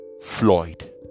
Floyd